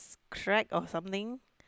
crack or something